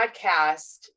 podcast